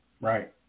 Right